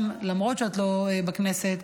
למרות שאת לא בכנסת,